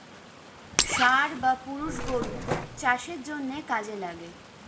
ষাঁড় বা পুরুষ গরু চাষের জন্যে কাজে লাগে